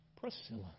Priscilla